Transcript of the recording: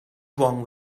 wrong